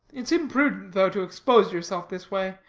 it's imprudent, though, to expose yourself this way.